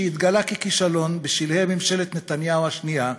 שהתגלה ככישלון בשלהי ממשלת נתניהו השנייה,